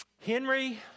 Henry